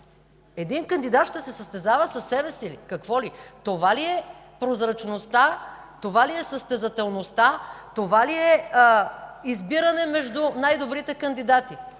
Един кандидат ще се състезава със себе си ли, какво ли?! Това ли е прозрачността, това ли е състезателността, това ли е избирането между най-добрите кандидати?!